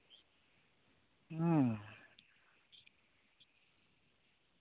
ᱦᱩᱸ